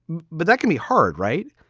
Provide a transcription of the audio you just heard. but that can be hard, right?